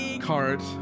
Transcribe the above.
cart